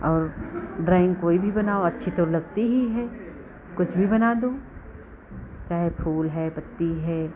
और ड्राइंग कोई भी बनाओ अच्छी तो लगती ही है कुछ भी बना दो चाहे फूल है पत्ती है